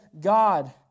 God